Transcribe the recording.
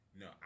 No